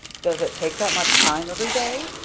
does it take that much time every day?